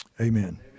Amen